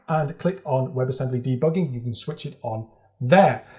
and click on webassembly debugging, you can switch it on there.